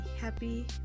happy